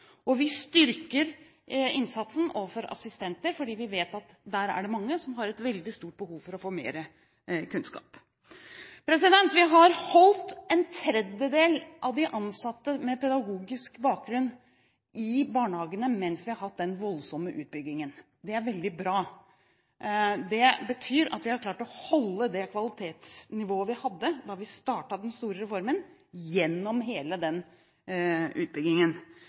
kompetansetiltak. Vi styrker innsatsen overfor assistenter, fordi vi vet at det er mange som har et veldig stort behov for å få mer kunnskap. Vi har beholdt en tredjedel av de ansatte med pedagogisk bakgrunn i barnehagene mens vi har hatt den voldsomme utbyggingen. Det er veldig bra. Det betyr at vi har klart å holde det kvalitetsnivået vi hadde da vi startet den store reformen, gjennom hele utbyggingen.